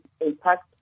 impact